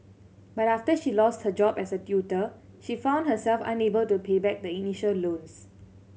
but after she lost her job as a tutor she found herself unable to pay back the initial loans